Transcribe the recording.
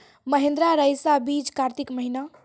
महिंद्रा रईसा बीज कार्तिक महीना?